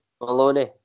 Maloney